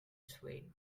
swayed